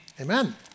Amen